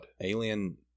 alien